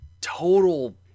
total